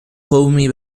قومی